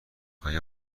آیا